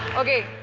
ok.